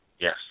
Yes